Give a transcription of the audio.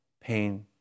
pain